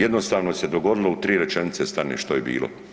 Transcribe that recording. Jednostavno se dogodilo u tri rečenice stane što je bilo.